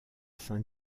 saint